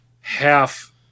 half